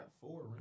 four